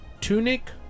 Tunic